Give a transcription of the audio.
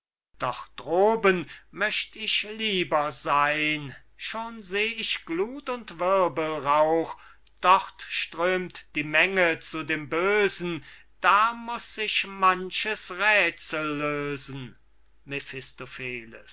doch droben möcht ich lieber seyn schon seh ich glut und wirbelrauch dort strömt die menge zu dem bösen da muß sich manches räthsel lösen